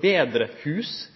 betre hus,